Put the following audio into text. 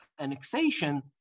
annexation